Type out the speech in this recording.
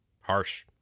Harsh